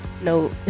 no